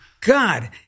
God